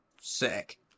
sick